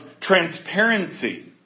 transparency